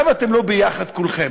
למה אתם לא ביחד, כולכם?